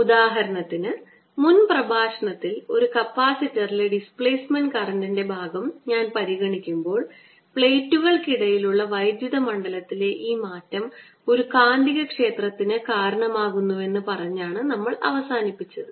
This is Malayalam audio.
ഉദാഹരണത്തിന് മുൻ പ്രഭാഷണത്തിൽ ഒരു കപ്പാസിറ്ററിലെ ഡിസ്പ്ലേമെൻറ് കറൻറ്ൻറെ ഭാഗം ഞാൻ പരിഗണിക്കുമ്പോൾ പ്ലേറ്റുകൾക്കിടയിലുള്ള വൈദ്യുത മണ്ഡലത്തിലെ ഈ മാറ്റം ഒരു കാന്തികക്ഷേത്രത്തിന് കാരണമാകുന്നുവെന്ന് പറഞ്ഞ് നമ്മൾ അവസാനിപ്പിച്ചു